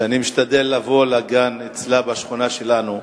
שאני משתדל לבוא לגן שלה בשכונה שלנו,